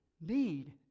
need